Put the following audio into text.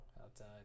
outside